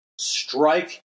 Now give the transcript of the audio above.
strike